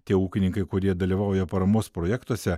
tie ūkininkai kurie dalyvauja paramos projektuose